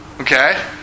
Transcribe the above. Okay